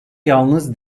yalnız